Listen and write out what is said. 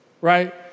right